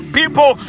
people